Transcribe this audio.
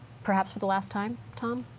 perhaps for the last time tom?